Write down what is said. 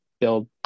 build